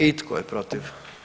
I tko je protiv?